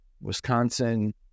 Wisconsin